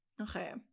okay